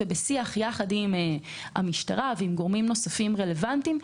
ובשיח יחד עם המשטרה וגורמים נוספים רלוונטיים,